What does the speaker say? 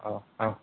औ औ औ